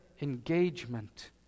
engagement